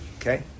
Okay